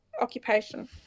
Occupation